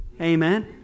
Amen